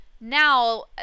now